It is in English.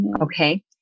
Okay